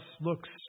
looks